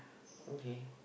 okay